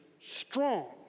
strong